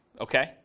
okay